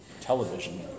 television